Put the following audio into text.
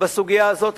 בסוגיה הזאת,